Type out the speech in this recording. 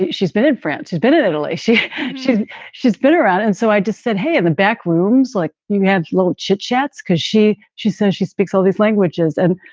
she's been in france, has been in italy. she said she's bitter out. and so i just said, hey, in the back rooms, like, you have little chitchats because she she says she speaks all these languages and,